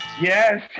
Yes